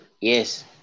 Yes